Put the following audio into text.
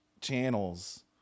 channels